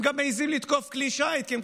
הם גם מעיזים לתקוף כלי שיט כי הם